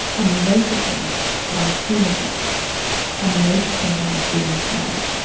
i'm noticing that i'm feeling x i'm noticing that i'm feeling sad,